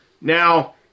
Now